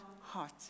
heart